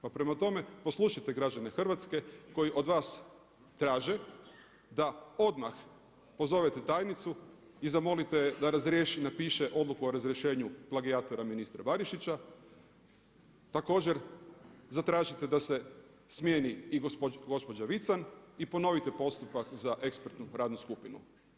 Pa prema tome, poslušajte građane Hrvatske koji od vas traže da odmah pozovete tajnicu i da zamolite je da razriješi i napiše odluku o razrješenju plagijatora ministra Barišića, također zatražite da se smijeni i gospođa Vican i ponovite postupak za ekspertnu radnu skupinu.